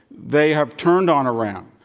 they have turned on iran.